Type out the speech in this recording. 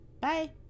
Bye